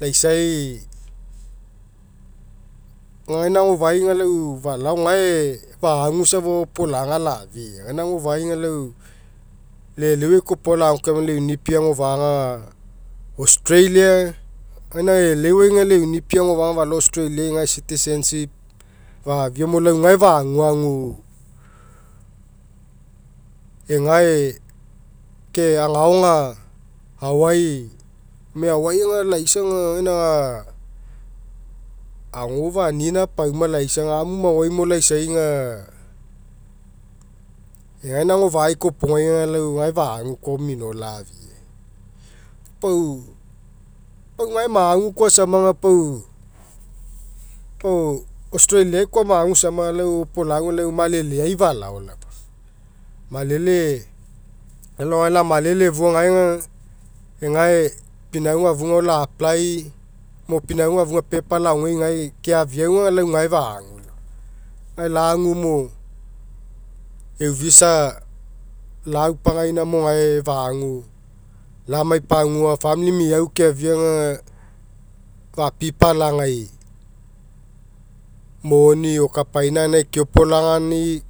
laisai. Gaina agofa'ai aga. Lau falao gae fagu safa o'opolagalafia gaina agofa'ai aga lau- lau- eleuai kopoga la'agaukae aga lau eu nipi agafa'a aga australia gaina lau eleuai aga lau eu nipi agofa'a aga falao australiai gae citizenship fafiamo lau gae faguagu. Egae ke agao aga hawaii. Gome hawaii laisa aga gaina agofa'a anina pauma, laisa aga amu maoaimo laisa aga. Egaina agofa'ai kopoga aga lau gae fagu koa mino la'afia. Pau gae magu koa aisama, pau pau- australia koa fagu aisama lau opolau aga lau maleleai falao laoma, malele lalao gae lamalele afua aga gae pipauga afu agoa la'apply mo pinauga afuga popa laogei gae keafiau aga lau gae fa'agu laoma. Gae lagumo eu visa laupagaina mo gae fa'agu lamai pagua famili meau feafia aga fapipalagai. Moni o kapaina gainai keopolani'i.